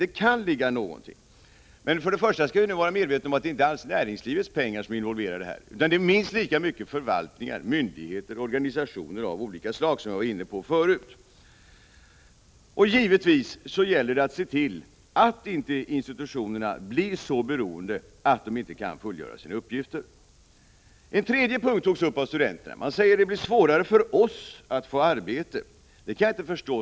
Men vi skall vara medvetna om att det inte alls är näringslivets pengar som är involverade här, utan det gäller minst lika mycket förvaltningar, myndigheter och organisationer av olika slag, något som jag varit inne på förut. Givetvis gäller det att se till att inte institutionerna blir så beroende att de inte kan fullgöra sina uppgifter. En tredje punkt togs upp av studenterna. Man säger: Det blir svårare för oss att få arbete. Det kan jag inte förstå.